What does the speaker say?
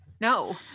no